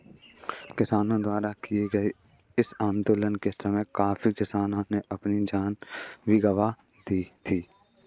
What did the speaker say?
किसानों द्वारा किए गए इस आंदोलन के समय काफी किसानों ने अपनी जान भी गंवा दी थी